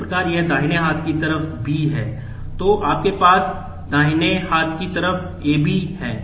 इस प्रकार यदि दाहिने हाथ की तरफ B है तो आपके पास दाहिने हाथ की तरफ AB है